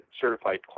certified